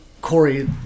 Corey